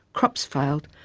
crops failed,